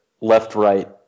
left-right